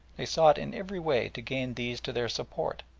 they sought in every way to gain these to their support,